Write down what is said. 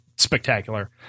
Spectacular